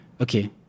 okay